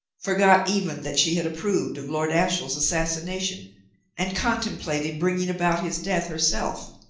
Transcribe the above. forgot even that she had approved of lord ashiel's assassination and contemplated bringing about his death herself,